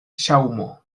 ŝaŭmo